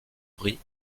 brie